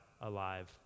alive